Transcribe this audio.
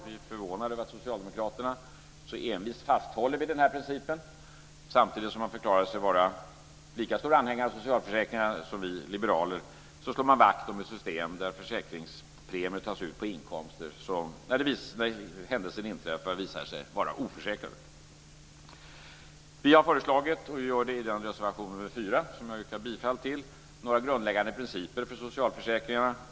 Vi är förvånade över att socialdemokraterna så envist fasthåller vid den här principen. Samtidigt som de förklarar sig vara lika stora anhängare av socialförsäkringarna som vi liberaler, slår de vakt om ett system där försäkringspremier tas ut på inkomster i samband med att händelser inträffar som visar sig vara oförsäkrade. Vi har föreslagit i vår reservation nr 4, som jag yrkar bifall till, några grundläggande principer för socialförsäkringarna.